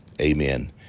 amen